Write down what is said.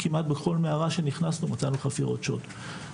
כמעט בכל מערה שנכנסנו מצאנו חפירות שוד.